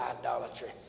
idolatry